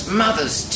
mother's